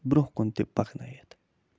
برٛونٛہہ کُن تہِ پکنٲیِتھ